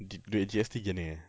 d~ duit G_S_T pergi mana